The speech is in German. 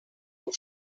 und